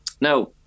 Now